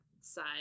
side